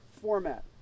format